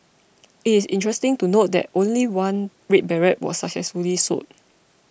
it is interesting to note that only one red beret was successfully sold